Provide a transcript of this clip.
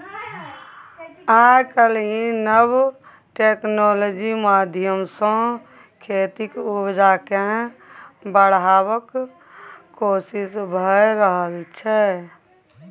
आइ काल्हि नब टेक्नोलॉजी माध्यमसँ खेतीक उपजा केँ बढ़ेबाक कोशिश भए रहल छै